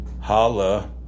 Holla